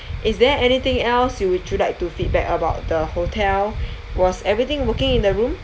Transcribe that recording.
is there anything else you would you like to feedback about the hotel was everything working in the room